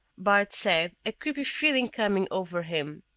bart said, a creepy feeling coming over him.